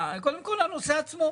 קודם כל בגלל הנושא עצמו,